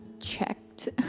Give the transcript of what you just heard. checked